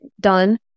done